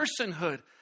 personhood